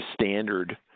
standard